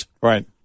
Right